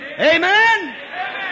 Amen